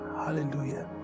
hallelujah